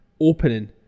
opening